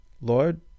Lord